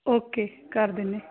okay ਕਰ ਦਿੰਦੇ